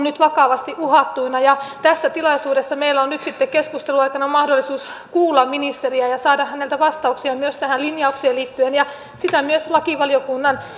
nyt vakavasti uhattuina tässä tilaisuudessa meillä on nyt sitten keskustelun aikana mahdollisuus kuulla ministeriä ja saada häneltä vastauksia myös tähän linjaukseen liittyen ja sitä myös lakivaliokunnan